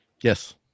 yes